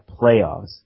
playoffs